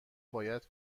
باید